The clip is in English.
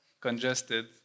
congested